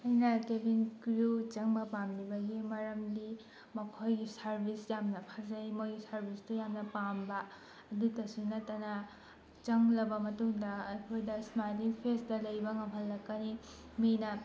ꯑꯩꯅ cabin crew ꯆꯪꯕ ꯄꯥꯝꯂꯤꯕꯒꯤ ꯃꯔꯝꯗꯤ ꯃꯈꯣꯏꯒꯤ ꯁꯔꯚꯤꯁ ꯌꯥꯝꯅ ꯐꯖꯩ ꯃꯣꯏ ꯁꯔꯚꯤꯁꯇꯣ ꯌꯥꯝꯅ ꯄꯥꯝꯕ ꯑꯗꯨꯗꯁꯨ ꯅꯠꯇꯅ ꯆꯪꯂꯕ ꯃꯇꯨꯡꯗ ꯑꯩꯈꯣꯏꯗ ꯁ꯭ꯃꯥꯏꯜꯂꯤꯡ ꯐꯦꯁꯇ ꯂꯩꯕ ꯉꯝꯍꯜꯂꯛꯀꯅꯤ ꯃꯤꯅ